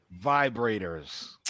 vibrators